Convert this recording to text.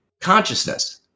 consciousness